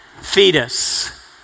fetus